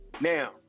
Now